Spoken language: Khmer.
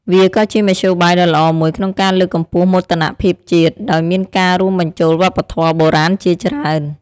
វាក៏ជាមធ្យោបាយដ៏ល្អមួយក្នុងការលើកកម្ពស់មោទនភាពជាតិ ដោយមានការរួមបញ្ចូលវប្បធម៌បុរាណជាច្រើន ។